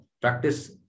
practice